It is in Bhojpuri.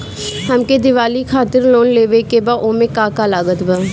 हमके दिवाली खातिर लोन लेवे के बा ओमे का का लागत बा?